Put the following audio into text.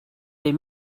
des